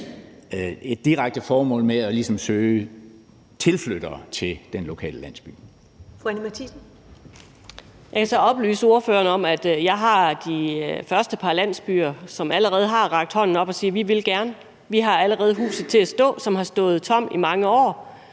Matthiesen. Kl. 15:03 Anni Matthiesen (V): Jeg kan så oplyse ordføreren om, at jeg har de første par landsbyer, som allerede har rakt hånden op og sagt: Vi vil gerne, vi har allerede huset til at stå, som har stået tomt i mange år,